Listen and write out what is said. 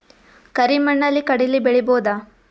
ಕರಿ ಮಣ್ಣಲಿ ಕಡಲಿ ಬೆಳಿ ಬೋದ?